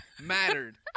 mattered